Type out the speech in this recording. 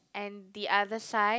and the other side